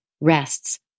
rests